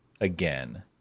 again